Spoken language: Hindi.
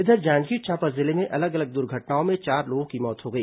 इधर जांजगीर चांपा जिले में अलग अलग दुर्घटनाओं में चार लोगों की मौत हो गई